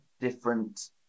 different